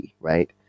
right